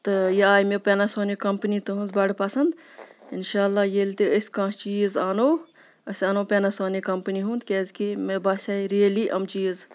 تہٕ یہِ آے مےٚ پینَسونِک کَمپٔنی تُہٕنٛز بَڑٕ پَسنٛد اِنشاء اللہ ییٚلہِ تہِ أسۍ کانٛہہ چیٖز اَنو أسۍ اَنو پینَسونِک کَمپٔنی ہُنٛد کیازِکہِ مےٚ باسے ریلی یِم چیٖز